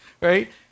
right